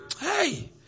hey